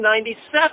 97